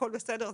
הכל בסדר,